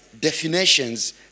definitions